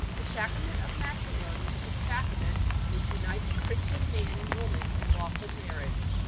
the sacrament of matrimony is the sacrament which unites a christian man and woman in lawful marriage.